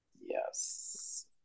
Yes